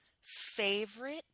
favorite